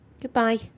Goodbye